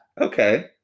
Okay